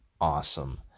awesome